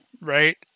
right